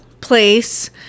place